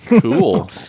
Cool